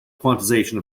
quantization